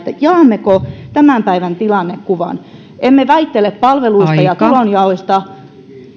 jaammeko tämän päivän tilannekuvan emme väittele palveluista ja tulonjaoista